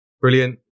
brilliant